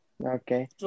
Okay